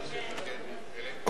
כי,